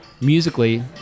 musically